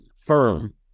firm